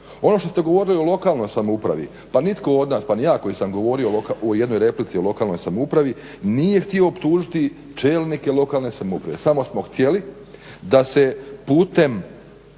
Ono što ste govorili o lokalnoj samoupravi, pa nitko od nas, pa ni ja koji sam govorio u jednoj replici o lokalnoj samoupravi nije htio optužiti čelnike lokalne samouprave, samo smo htjeli da se putem